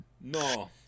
no